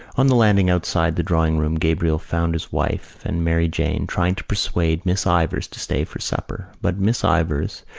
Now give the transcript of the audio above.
on the landing outside the drawing-room gabriel found his wife and mary jane trying to persuade miss ivors to stay for supper. but miss ivors,